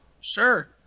Sure